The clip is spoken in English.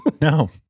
No